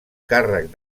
càrrec